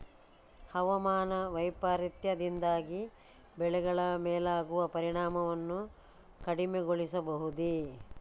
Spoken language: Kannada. ಹವಾಮಾನ ವೈಪರೀತ್ಯದಿಂದಾಗಿ ಬೆಳೆಗಳ ಮೇಲಾಗುವ ಪರಿಣಾಮವನ್ನು ಕಡಿಮೆಗೊಳಿಸಬಹುದೇ?